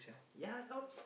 yeah how the